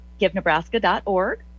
GiveNebraska.org